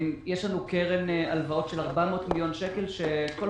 יש לנו קרן הלוואות של 400 מיליון שקל שכל